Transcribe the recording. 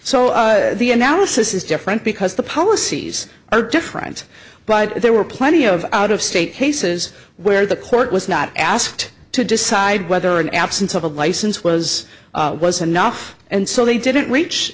so the analysis is different because the policies are different but there were plenty of out of state cases where the court was not asked to decide whether an absence of a license was was enough and so they didn't reach